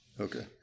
Okay